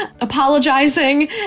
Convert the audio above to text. apologizing